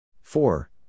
four